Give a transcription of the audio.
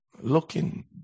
looking